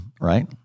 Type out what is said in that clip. right